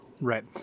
Right